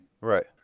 Right